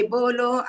Bolo